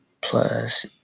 plus